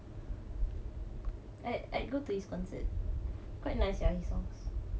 I I go to his concert quite nice ah his songs